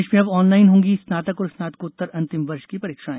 प्रदेश में अब ऑनलाइन होंगी स्नातक और स्नातकोत्तर अंतिम वर्ष की परीक्षाए